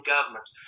government